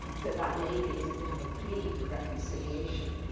so that maybe is a bit of a plea for reconciliation.